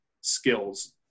skills